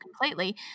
completely